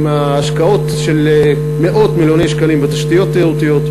עם השקעות של מאות מיליוני שקלים בתשתיות תיירותיות,